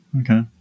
Okay